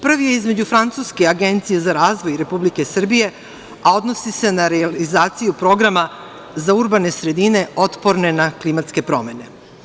Prvi je, između francuske Agencije za razvoj i Republike Srbije, a odnosi se na realizaciju programa za urbane sredine otporne na klimatske promene.